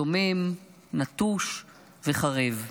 שומם, נטוש וחרב.